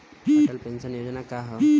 Atal pension Yojana का ह?